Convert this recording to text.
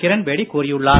கிரண்பேடி கூறியுள்ளார்